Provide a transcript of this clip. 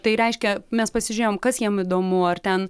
tai reiškia mes pasižiūrėjom kas jiem įdomu ar ten